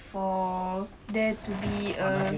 for there to be a